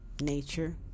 nature